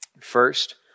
First